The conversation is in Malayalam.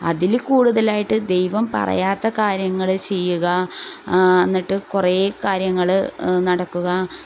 അതിൽ കൂടുതലായിട്ട് ദൈവം പറയാത്ത കാര്യങ്ങൾ ചെയ്യുക എന്നിട്ട് കുറേ കാര്യങ്ങൾ നടക്കുക